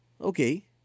okay